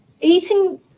Eating